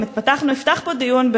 אם נפתח פה דיון,